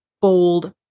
bold